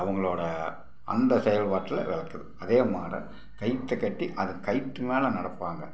அவங்களோட அந்த செயல்பாட்டில் விளக்குது அதே மாரி கயிற்றை கட்டி அதை கயிற்று மேலே நடப்பாங்கள்